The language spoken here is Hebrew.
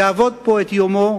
יעבוד פה את יומו,